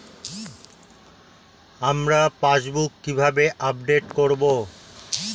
আমার পাসবুক কিভাবে আপডেট করবো?